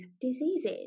diseases